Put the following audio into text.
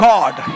God